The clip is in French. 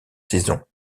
saison